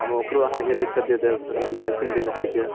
हम ओकरो अहाँकेँ लिखके दै देब रामधारी सिंह दिनकरके